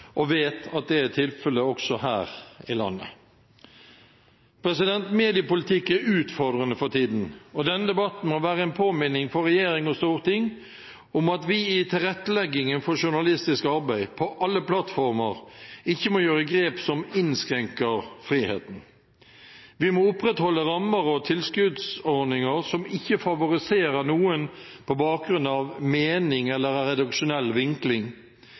og vet at det er tilfellet også her i landet. Mediepolitikk er utfordrende for tiden, og denne debatten må være en påminning for regjering og storting om at vi i tilretteleggingen for journalistisk arbeid på alle plattformer ikke må gjøre grep som innskrenker friheten. Vi må opprettholde rammer og tilskuddsordninger som ikke favoriserer noen på bakgrunn av mening eller redaksjonell vinkling.